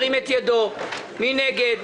מי נגד?